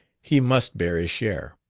he must bear his share.